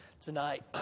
tonight